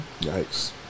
Yikes